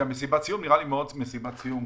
כשאני שומע